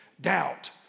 doubt